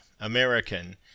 American